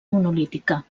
monolítica